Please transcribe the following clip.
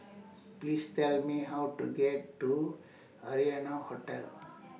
Please Tell Me How to get to Arianna Hotel